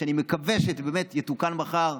ואני מקווה שבאמת זה יתוקן מחר.